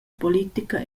politica